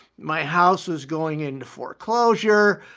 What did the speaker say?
my house was going into foreclosure.